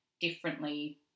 differently